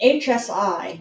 hsi